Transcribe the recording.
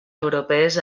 europees